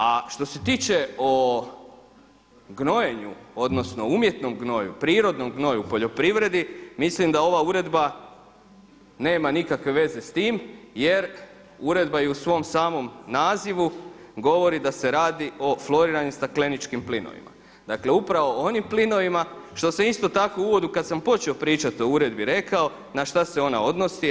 A što se tiče o gnojenju odnosno umjetnom gnoju, prirodnom gnoju u poljoprivredi, mislim da ova uredba nema nikakve veze s tim jer uredba u svom samom nazivu govori da se radi o floriranim stakleničkim plinovima, dakle upravo o onim plinovima što se isto tako u uvodu kada sam počeo pričati o uredbi rekao na šta se ona odnosi.